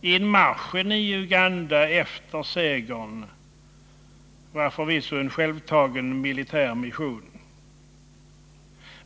inmarschen i Uganda efter segern var förvisso en självpåtagen militär mission.